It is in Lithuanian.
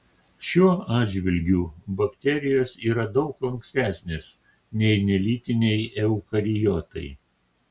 šiuo atžvilgiu bakterijos yra daug lankstesnės nei nelytiniai eukariotai